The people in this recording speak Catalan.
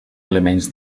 elements